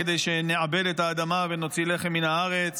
כדי שנעבד את האדמה ונוציא לחם מן הארץ